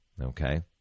Okay